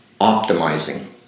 optimizing